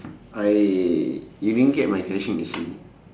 I you didn't get my question actually